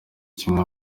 kimwe